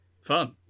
Fun